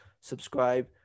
subscribe